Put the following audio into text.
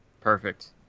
Perfect